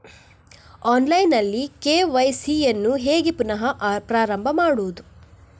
Online ನಲ್ಲಿ KYC ಯನ್ನು ಹೇಗೆ ಪುನಃ ಪ್ರಾರಂಭ ಮಾಡುವುದು?